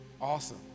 awesome